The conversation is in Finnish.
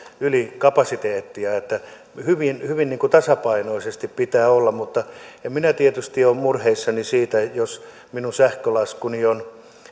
ylikapasiteettia että hyvin hyvin tasapainoisesti pitää olla mutta en minä tietysti ole murheissani siitä jos minun sähkölaskuni on